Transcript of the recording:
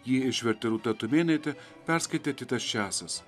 jį išvertė rūta tumėnaitė perskaitė titas česas